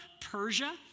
Persia